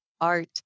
art